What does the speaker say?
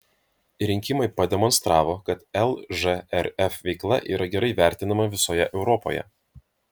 rinkimai pademonstravo kad lžrf veikla yra gerai vertinama visoje europoje